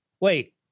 Wait